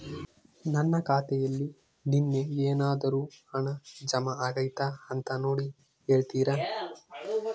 ನನ್ನ ಖಾತೆಯಲ್ಲಿ ನಿನ್ನೆ ಏನಾದರೂ ಹಣ ಜಮಾ ಆಗೈತಾ ಅಂತ ನೋಡಿ ಹೇಳ್ತೇರಾ?